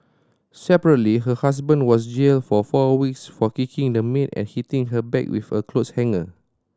separately her husband was jailed for four weeks for kicking the maid and hitting her back with a cloth hanger